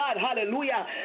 hallelujah